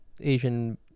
Asian